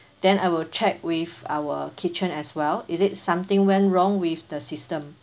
then I will check with our kitchen as well is it something went wrong with the system